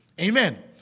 Amen